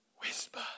whisper